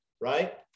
right